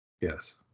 Yes